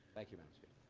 thank you. but counselor